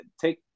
take